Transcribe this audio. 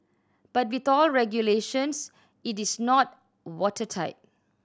but with all regulations it is not watertight